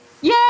Yay